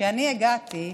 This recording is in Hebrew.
כשאני הגעתי,